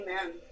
Amen